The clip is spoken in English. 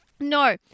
No